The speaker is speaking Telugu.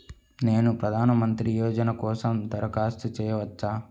నేను ప్రధాన మంత్రి యోజన కోసం దరఖాస్తు చేయవచ్చా?